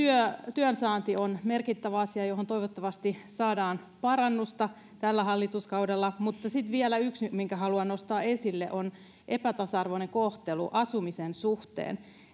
työnsaanti on merkittävä asia johon toivottavasti saadaan parannusta tällä hallituskaudella mutta sitten on vielä yksi minkä haluan nostaa esille epätasa arvoinen kohtelu asumisen suhteen